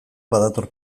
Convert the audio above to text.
badator